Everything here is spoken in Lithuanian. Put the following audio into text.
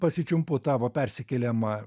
pasičiumpu tavo persikėlimą